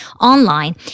online